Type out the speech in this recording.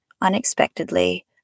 unexpectedly